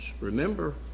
Remember